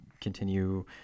continue